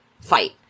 fight